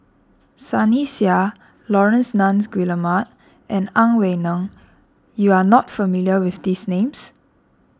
Sunny Sia Laurence Nunns Guillemard and Ang Wei Neng you are not familiar with these names